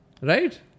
right